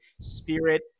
spirit